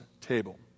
table